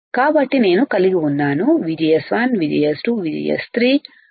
కాబట్టి నేను కలిగి ఉన్నాను VGS1 VGS2 VGS3 2 VGS threshold కి సమానం